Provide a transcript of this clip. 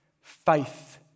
Faith